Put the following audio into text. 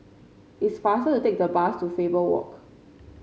it's faster to take the bus to Faber Walk